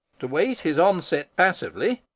to wait his onset passively,